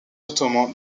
ottomans